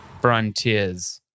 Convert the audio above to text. Frontiers